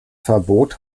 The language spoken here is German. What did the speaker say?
verbot